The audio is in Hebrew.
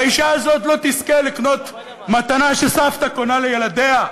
והאישה הזאת לא תזכה לקנות מתנה שסבתא קונה לילדיה.